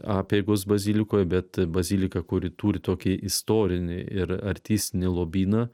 apeigos bazilikoj bet bazilika kuri turi tokį istorinį ir artistinį lobyną